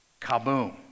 kaboom